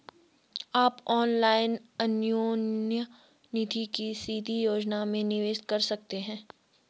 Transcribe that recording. आप ऑनलाइन अन्योन्य निधि की सीधी योजना में निवेश कर सकते हैं